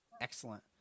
excellent